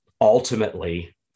ultimately